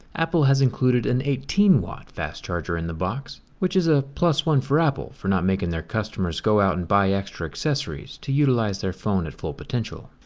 apple has included an eighteen watt fast charger in the box, which is a plus one for apple for not making their customers go out and buy extra accessories to utilize their phone at full potential.